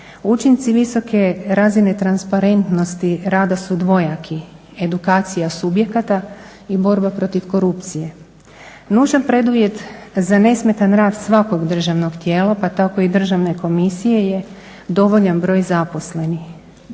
Učinci visoke razine transparentnosti rada su dvojaki, edukacija subjekata i borba protiv korupcije. Nužan preduvjet za nesmetan rad svakog državnog tijela pa tako i državne komisije je dovoljan broj zaposlenih.